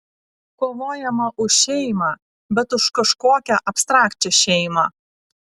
kovojama už šeimą bet už kažkokią abstrakčią šeimą